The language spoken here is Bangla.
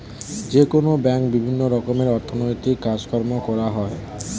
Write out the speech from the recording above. যেকোনো ব্যাঙ্কে বিভিন্ন রকমের অর্থনৈতিক কাজকর্ম করা হয়